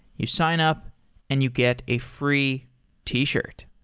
you sign up and you get a free t-shirt.